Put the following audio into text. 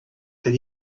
that